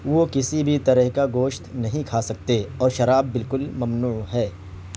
وہ کسی بھی طرح کا گوشت نہیں کھا سکتے اور شراب بالکل ممنوع ہے